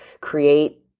create